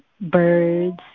birds